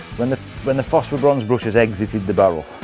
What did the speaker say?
when the when the phospher bronze brush has exited the barrel,